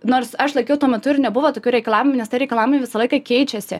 nors aš laikiau tuo metu ir nebuvo tokių reikalavimų nes tie reikalavimai visą laiką keičiasi